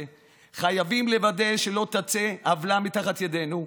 חייבים לוודא שלא תצא עוולה מתחת ידנו,